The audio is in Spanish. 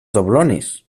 doblones